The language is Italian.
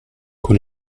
con